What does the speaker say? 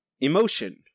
emotion